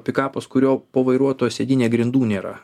pikapas kurio po vairuotojo sėdyne grindų nėra